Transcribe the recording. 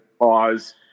pause